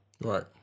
Right